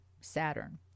Saturn